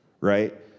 Right